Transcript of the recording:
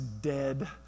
dead